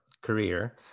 career